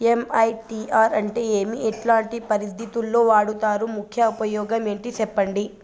MICR అంటే ఏమి? ఎట్లాంటి పరిస్థితుల్లో వాడుతారు? ముఖ్య ఉపయోగం ఏంటి సెప్పండి?